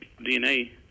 DNA